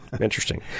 interesting